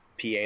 PA